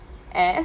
as